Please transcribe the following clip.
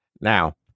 Now